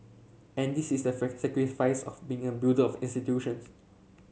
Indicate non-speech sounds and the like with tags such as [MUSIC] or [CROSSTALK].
and this is the [UNINTELLIGIBLE] sacrifice of being a builder of institutions